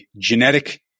genetic